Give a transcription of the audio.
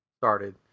started